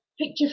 picture